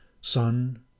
sun